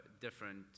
different